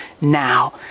now